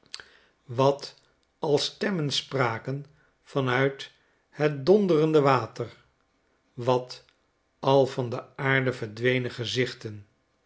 wat al stemmen spraken van uit het donderende water wat al van de aarde verdwenen gezichten